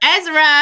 Ezra